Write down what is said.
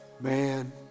Man